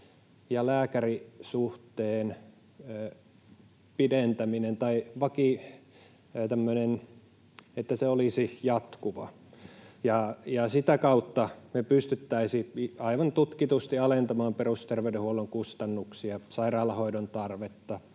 potilas—lääkäri-suhteen pidentäminen tai se, että se olisi jatkuva. Sitä kautta me pystyttäisiin aivan tutkitusti alentamaan perusterveydenhuollon kustannuksia, sairaalahoidon tarvetta